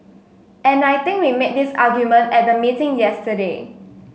and I think we made this argument at the meeting yesterday